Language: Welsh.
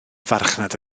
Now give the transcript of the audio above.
farchnad